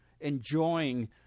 enjoying